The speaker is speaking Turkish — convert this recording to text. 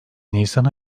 nisan